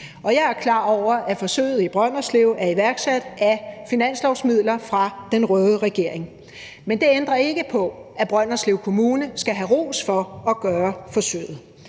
Jeg er klar over, at forsøget i Brønderslev er iværksat af finanslovsmidler fra den røde regering, men det ændrer ikke på, at Brønderslev Kommune skal have ros for at gøre forsøget